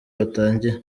batangiye